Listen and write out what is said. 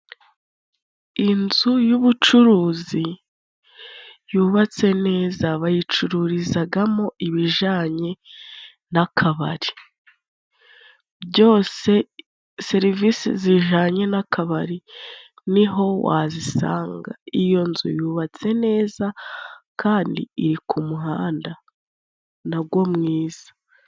Inzu y'ubucuruzi yubatse neza bayicururizagamo ibijanye n'akabari byose. SerivisE zijanye n'akabari niho wazisanga. Iyo nzu yubatse neza kandi iri ku muhanda nago mwiza.